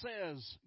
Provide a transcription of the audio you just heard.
says